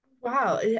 Wow